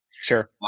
sure